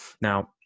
Now